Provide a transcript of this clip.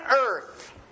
earth